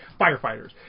firefighters